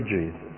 Jesus